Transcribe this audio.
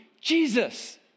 Jesus